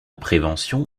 prévention